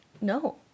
No